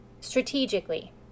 strategically